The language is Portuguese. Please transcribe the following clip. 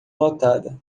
lotada